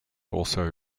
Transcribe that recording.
also